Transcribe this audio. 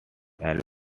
always